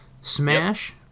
Smash